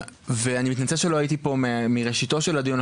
אני מתנצל שלא הייתי פה מראשיתו של הדיון,